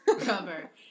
cover